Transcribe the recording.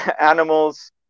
animals